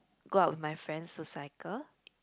go out with my friends to cycle